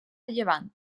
llevant